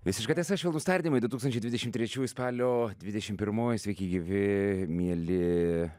visiška tiesa švelnūs tardymai du tūkstančiai dvidešim trečiųjų spalio dvidešim pirmoji sveiki gyvi mieli